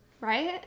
right